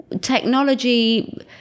technology